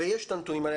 ויש את הנתונים האלה,